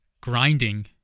grinding